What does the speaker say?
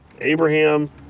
Abraham